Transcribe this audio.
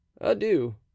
adieu